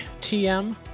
TM